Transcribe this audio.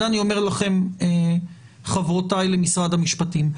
את זה אני אומר לכן חברותיי למשרד המשפטים,